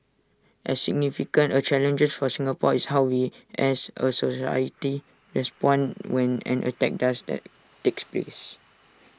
as significant A challenges for Singapore is how we as A society respond when an attack does that takes place